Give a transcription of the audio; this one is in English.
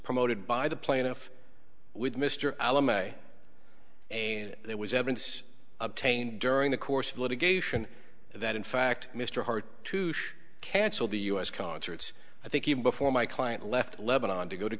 promoted by the plaintiff with mister and there was evidence obtained during the course of litigation that in fact mr hart to cancel the us concerts i think even before my client left lebanon to go to